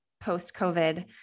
post-COVID